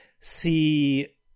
see